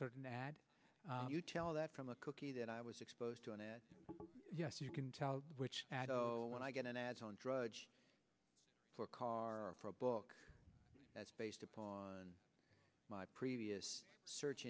certain ad you tell that from the cookie that i was exposed to and it yes you can tell which when i get an ad on drudge for a car for a book that's based upon my previous search